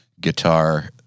guitar